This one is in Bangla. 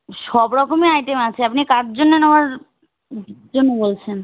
সব রকমই আইটেম আছে আপনি কার জন্যে নেওয়ার জন্য বলছেন